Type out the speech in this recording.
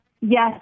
Yes